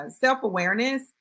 self-awareness